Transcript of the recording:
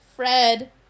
fred